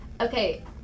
Okay